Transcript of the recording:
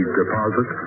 deposit